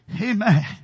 Amen